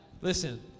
Listen